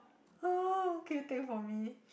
orh can you take for me